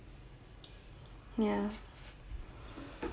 ya